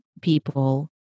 people